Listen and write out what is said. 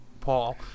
paul